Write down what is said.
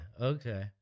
okay